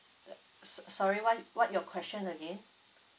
so~ sorry what what your question again